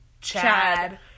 Chad